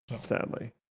Sadly